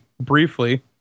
briefly